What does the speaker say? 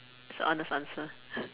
it's a honest answer